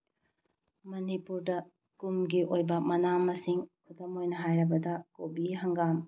ꯃꯅꯤꯄꯨꯔꯗ ꯀꯨꯝꯒꯤ ꯑꯣꯏꯕ ꯃꯅꯥ ꯃꯁꯤꯡ ꯈꯨꯗꯝ ꯑꯣꯏꯅ ꯍꯥꯏꯔꯕꯗ ꯀꯣꯕꯤ ꯍꯪꯒꯥꯝ